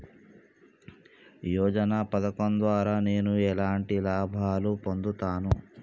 యోజన పథకం ద్వారా నేను ఎలాంటి లాభాలు పొందుతాను?